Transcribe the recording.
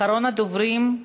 אחרון הדוברים,